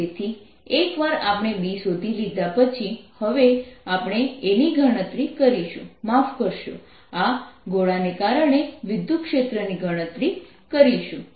તેથી એકવાર આપણે B શોધી લીધા પછી હવે આપણે A ની ગણતરી કરીશું માફ કરશો આ ગોળાને કારણે વિદ્યુતક્ષેત્ર ની ગણતરી કરીશું